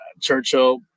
Churchill